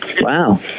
Wow